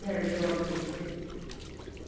Pherzawl district